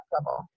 level